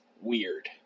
weird